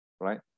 right